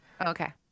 Okay